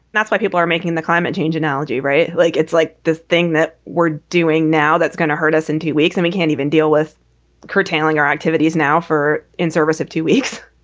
that's why people are making the climate change analogy. right. like it's like the thing that we're doing now that's gonna hurt us in two weeks and we can't even deal with curtailing our activities now for in service of two weeks,